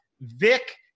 Vic